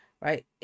right